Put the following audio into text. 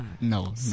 No